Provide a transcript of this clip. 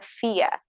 fear